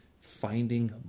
finding